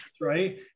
right